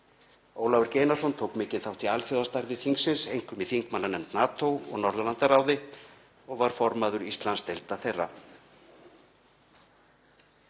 Ólafur G. Einarsson tók mikinn þátt í alþjóðastarfi þingsins, einkum í þingmannanefnd NATO og Norðurlandaráði og var formaður Íslandsdeilda þeirra.